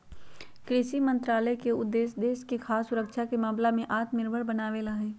कृषि मंत्रालय के उद्देश्य देश के खाद्य सुरक्षा के मामला में आत्मनिर्भर बनावे ला हई